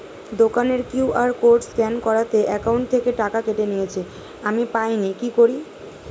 দোকানের QR code scan করাতে account থেকে টাকা কেটে নিয়েছে, আমি পাইনি কি করি?